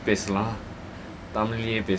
பேசலாம்:pesalaam tamil ல யே பேசலாம்:la ye peasalam